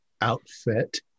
outfit